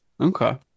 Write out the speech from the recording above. Okay